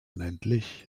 unendlich